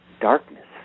Darkness